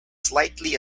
slightly